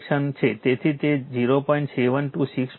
તેથી તે 0